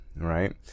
right